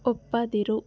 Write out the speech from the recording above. ಒಪ್ಪದಿರು